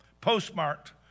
postmarked